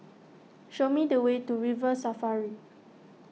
show me the way to River Safari